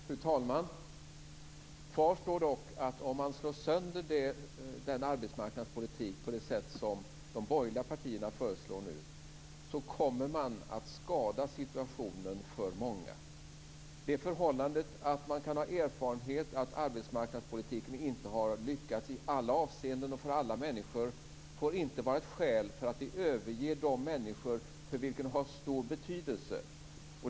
Fru talman! Kvar står dock att om man slår sönder arbetsmarknadspolitiken på det sätt som de borgerliga partierna nu föreslår så kommer man att skada situationen för många. Det förhållandet att man kan ha erfarenhet av att arbetsmarknadspolitiken inte har lyckats i alla avseenden och för alla människor får inte vara ett skäl för att vi överger de människor för vilka den har en stor betydelse.